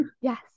yes